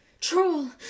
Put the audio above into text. Troll